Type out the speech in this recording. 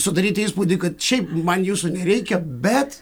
sudaryti įspūdį kad šiaip man jūsų nereikia bet